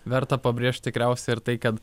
verta pabrėžt tikriausiai ir tai kad